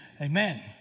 Amen